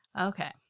Okay